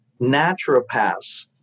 naturopaths